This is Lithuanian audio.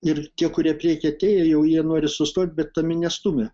ir tie kurie prieky atėjo jau jie nori sustot bet ta minia stumia